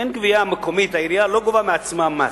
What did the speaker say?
אין גבייה מקומית, העירייה לא גובה מעצמה מס.